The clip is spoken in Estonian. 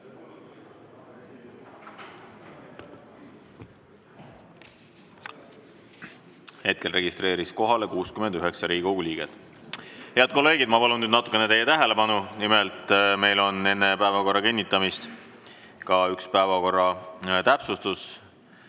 Hetkel registreerus kohalolijaks 69 Riigikogu liiget. Head kolleegid, ma palun nüüd natukene teie tähelepanu! Nimelt meil on enne päevakorra kinnitamist ka üks päevakorra täpsustus.